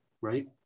right